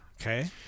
Okay